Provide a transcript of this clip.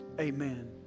Amen